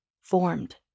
formed